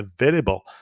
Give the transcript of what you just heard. available